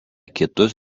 kitus